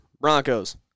Broncos